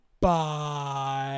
Bye